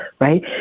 right